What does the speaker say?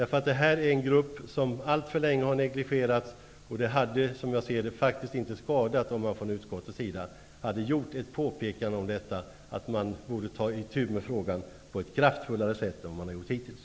För detta är en grupp som alltför länge har negligerats och det hade, som jag ser det, faktiskt inte skadat om man från utskottets sida hade gjort ett påpekande om att man borde ta itu med frågan på ett kraftfullare sätt än man har gjort hittills.